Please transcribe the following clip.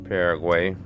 Paraguay